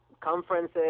conferences